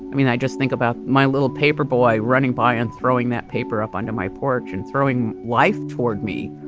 i mean, i just think about my little paper boy running by and throwing that paper up onto my porch and throwing life toward me.